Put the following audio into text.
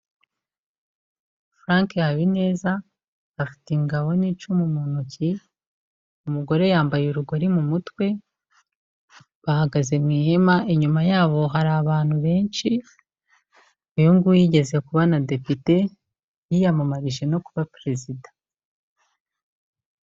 Frank Habineza afite ingabo n'icumu mu ntoki, umugore yambaye urugori mu mutwe, bahagaze mu ihema, inyuma yabo hari abantu benshi, uyu nguyu yigeze kuba na depite, yiyamamarije no kuba Perezida.